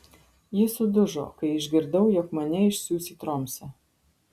ji sudužo kai išgirdau jog mane išsiųs į tromsę